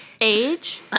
age